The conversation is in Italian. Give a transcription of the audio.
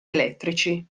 elettrici